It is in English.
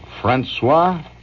Francois